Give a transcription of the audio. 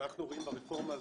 שאנחנו רואים ברפורמה הזאת,